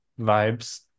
vibes